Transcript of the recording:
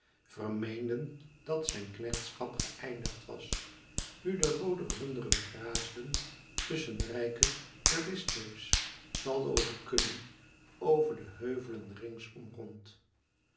vermeenden dat zijn knechtschap geëindigd was nu de roode runderen graasden tusschen rijken eurystheus tallooze kudden over de heuvelen